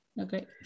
Okay